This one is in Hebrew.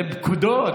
זה פקודות.